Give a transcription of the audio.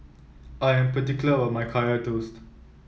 I'm particular about my Kaya Toast